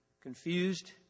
confused